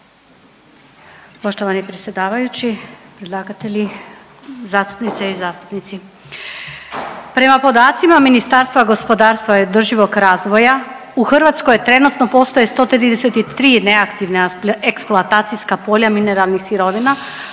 Poštovani predsjedavajući, predlagatelji. Zastupnice i zastupnici, prema podacima Ministarstva gospodarstva i održivoga razvoja u Hrvatskoj trenutno postoje 133 neaktivne eksploatacijska polja mineralnih sirovina,